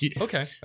okay